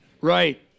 Right